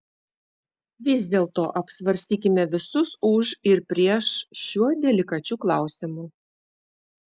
vis dėlto apsvarstykime visus už ir prieš šiuo delikačiu klausimu